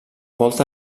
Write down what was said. volta